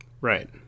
Right